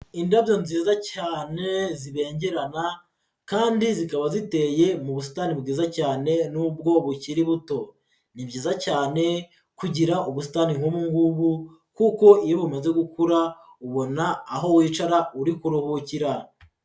Indabyo nziza cyane zibengerana, kandi zikaba ziteye mu busitani bwiza cyane nubwo bukiri buto. Ni byiza cyane kugira ubusitani nk'ubu ngubu, kuko iyo bumaze gukura ubona aho wicara uri kuruhukira.